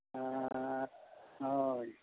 ᱟᱨ ᱦᱳᱭ